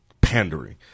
pandering